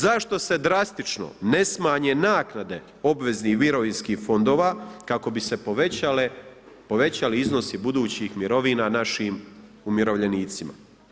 Zašto se drastično ne smanje naknade obveznih mirovinskih fondova kako bi se povećali iznosi budućih mirovina našim umirovljenicima.